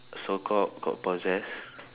so called got possessed